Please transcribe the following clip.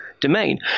domain